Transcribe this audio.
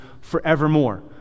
forevermore